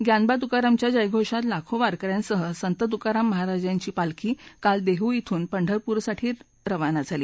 म्यानबा तुकारामच्या जयघोषात लाखो वारक यांसह संत तुकाराम महाराजांची पालखी काल देहू ब्रून पंढरपुरासाठी वारीला निघाली